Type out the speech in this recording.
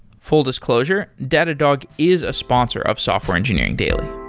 full disclosure, datadog is a sponsor of software engineering daily